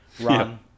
run